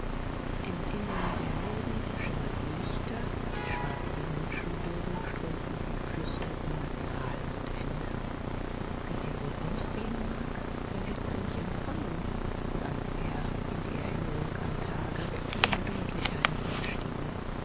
im innern der läden schimmerten lichter die schwarzen menschenwogen strömten wie flüsse ohne zahl und ende wie sie wohl aussehen mag wie wird sie mich empfangen sann er in die erinnerung an tage versunken die immer deutlicher